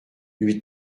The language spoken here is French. lui